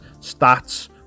stats